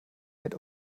mit